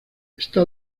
está